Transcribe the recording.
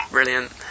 Brilliant